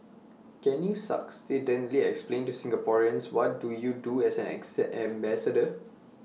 can you succinctly explain to Singaporeans what do you do as an ambassador